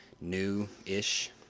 new-ish